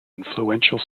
influential